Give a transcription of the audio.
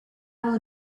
will